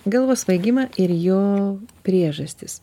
galvos svaigimą ir jo priežastis